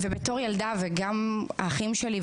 גם האחים שלי,